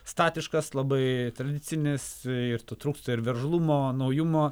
statiškas labai tradicinis ir to trūksta ir veržlumo naujumo